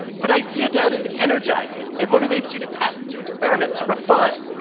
but idea doubt is energizing. it motivates you to test, to experiment, to refine,